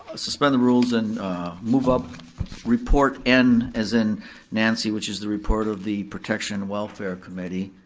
suspend the rules and move up report n as in nancy, which is the report of the protection welfare committee.